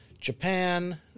Japan